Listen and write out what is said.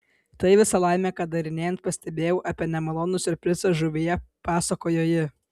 tai visa laimė kad darinėjant pastebėjau apie nemalonų siurprizą žuvyje pasakojo ji